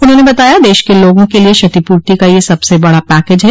उन्होंने बताया देश के लोगों के लिए क्षतिपूर्ति का यह सबसे बड़ा पैकेज है